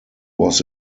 was